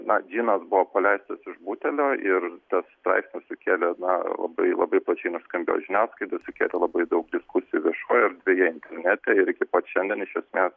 na džinas buvo paleistas iš butelio ir tas straipsnis sukėlė na labai labai plačiai nuskambėjo žiniasklaidoj sukėlė labai daug diskusijų viešojoje erdvėje internete ir iki pat šiandien iš esmės